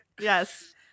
Yes